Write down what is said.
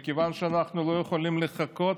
מכיוון שאנחנו לא יכולים לחכות,